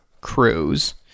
crews